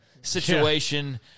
situation